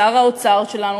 שר האוצר שלנו,